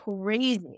crazy